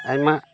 ᱟᱭᱢᱟ